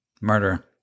Murder